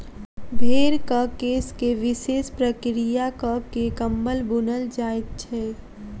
भेंड़क केश के विशेष प्रक्रिया क के कम्बल बुनल जाइत छै